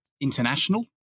international